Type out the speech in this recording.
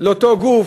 לאותו גוף,